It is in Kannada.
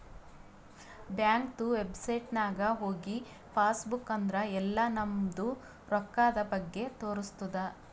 ಬ್ಯಾಂಕ್ದು ವೆಬ್ಸೈಟ್ ನಾಗ್ ಹೋಗಿ ಪಾಸ್ ಬುಕ್ ಅಂದುರ್ ಎಲ್ಲಾ ನಮ್ದು ರೊಕ್ಕಾದ್ ಬಗ್ಗೆ ತೋರಸ್ತುದ್